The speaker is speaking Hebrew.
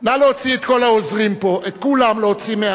נא להוציא את כל העוזרים פה, את כולם להוציא.